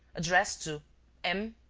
addressed to m.